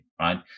right